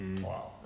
Wow